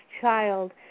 child